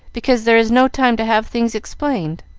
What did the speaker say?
because there is no time to have things explained.